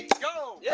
go. yeah